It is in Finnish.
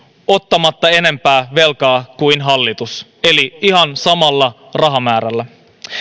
ottamatta enempää velkaa kuin hallitus eli ihan samalla rahamäärällä